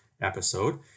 episode